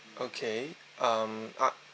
okay um a~